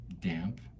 damp